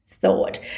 thought